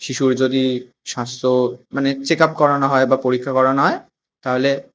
শিশুর যদি স্বাস্ত্য মানে চেক আপ করানো হয় বা পরীক্ষা করানো হয় তাহলে